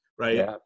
Right